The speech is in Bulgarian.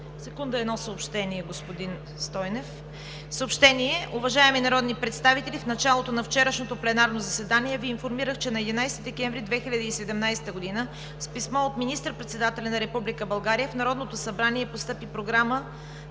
се 74. Предложението е прието. Съобщение: уважаеми народни представители, в началото на вчерашното пленарно заседание Ви информирах, че на 11 декември 2017 г., с писмо от министър-председателя на Република България, в Народното събрание постъпи Програма